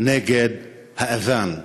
נגד האד'אן,